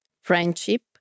friendship